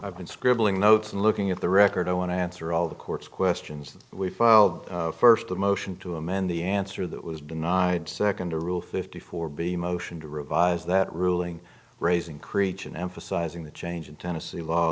i've been scribbling notes and looking at the record i want to answer all the court's questions we filed first the motion to amend the answer that was denied second to rule fifty four b motion to revise that ruling raising creech and emphasizing the change in tennessee law